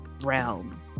realm